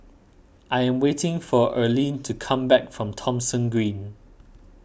I am waiting for Erlene to come back from Thomson Green